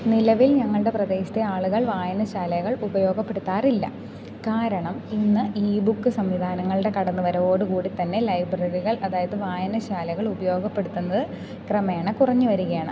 നിലവിൽ ഞങ്ങളുടെ പ്രദേശത്തെ ആളുകൾ വായനശാലകൾ ഉപയോഗപ്പെടുത്താറില്ല കാരണം ഇന്ന് ഈ ബുക്ക് സംവിധാനങ്ങളുടെ കടന്നു വരവോടു കൂടി തന്നെ ലൈബ്രറികൾ അതായത് വായനശാലകൾ ഉപയോഗപ്പെടുത്തുന്നത് ക്രമേണ കുറഞ്ഞു വരികയാണ്